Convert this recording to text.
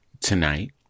tonight